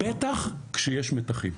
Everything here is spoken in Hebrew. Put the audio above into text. בטח כשיש מתחים.